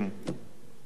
לא מרגישים את זה.